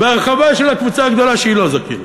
והרחבה של הקבוצה הגדולה, שהיא לא זכיינית.